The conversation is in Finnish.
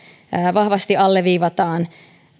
vahvasti alleviivataan